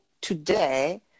today